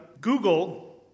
Google